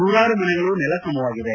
ನೂರಾರು ಮನೆಗಳು ನೆಲಸಮವಾಗಿದೆ